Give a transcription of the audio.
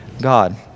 God